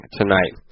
tonight